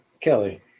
Kelly